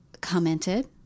commented